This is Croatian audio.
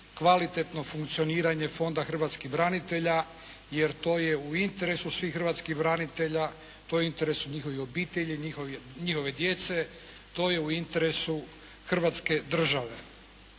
kvalitetno funkcioniranje Fonda hrvatskih branitelja jer to je u interesu svih hrvatskih branitelja, to je u interesu njihovih obitelji, njihove djece, to je u interesu Hrvatske države.